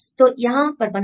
तो यहां पर बनाओ